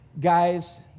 guys